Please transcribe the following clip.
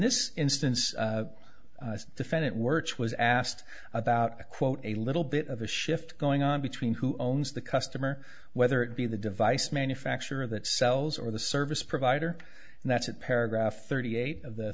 this instance defendant wertz was asked about a quote a little bit of a shift going on between who owns the customer whether it be the device manufacturer that sells or the service provider and that's at paragraph thirty eight of the